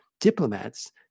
diplomats